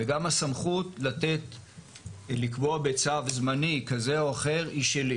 וגם הסמכות לקבוע בצו זמני כזה או אחר, היא שלי.